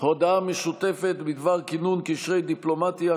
הודעה משותפת בדבר כינון קשרי דיפלומטיה,